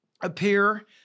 appear